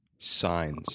signs